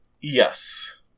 Yes